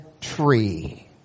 tree